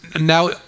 Now